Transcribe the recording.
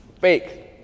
Fake